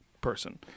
person